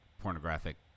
pornographic